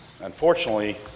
Unfortunately